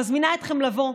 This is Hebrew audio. אני מזמינה אתכם לבוא,